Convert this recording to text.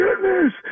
goodness